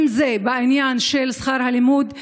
אם זה בעניין של שכר הלימוד,